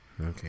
Okay